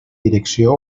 direcció